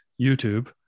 youtube